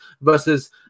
versus